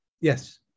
Yes